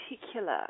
particular